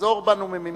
לחזור בנו ממימושנו.